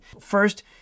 First